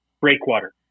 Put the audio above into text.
breakwater